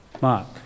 mark